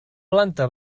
planta